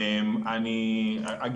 לא נחזור על דברים שנאמרו.